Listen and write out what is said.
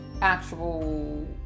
actual